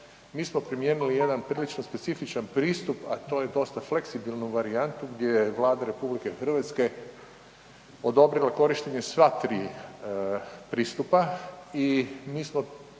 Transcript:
mi smo primijenili jedan prilično specifičan pristup a to je dosta fleksibilnu varijantu gdje je Vlada RH odobrila korištenje sva tri pristupa i mi smo čitavu